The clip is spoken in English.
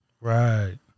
Right